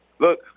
look